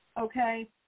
okay